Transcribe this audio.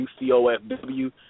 ucofw